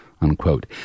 unquote